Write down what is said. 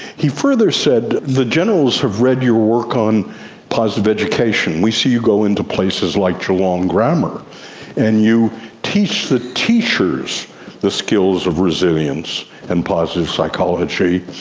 he further said, the generals have read your work on positive education. we see you go into places like geelong grammar and you teach the teachers the skills of resilience and positive psychology,